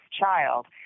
child